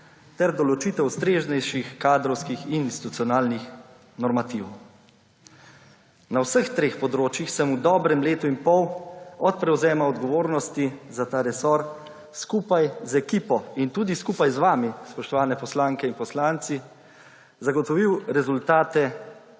ter določitev ustreznejših kadrovskih in institucionalnih normativov. Na vseh treh področjih sem v dobrem letu in pol od prevzema odgovornosti za ta resor skupaj z ekipo in tudi skupaj z vami, spoštovane poslanke in poslanci, zagotovil rezultate,